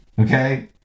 Okay